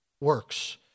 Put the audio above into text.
works